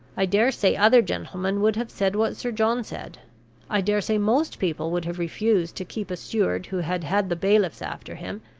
i dare say other gentlemen would have said what sir john said i dare say most people would have refused to keep a steward who had had the bailiffs after him,